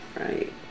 Right